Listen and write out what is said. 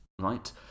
right